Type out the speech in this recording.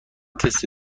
تست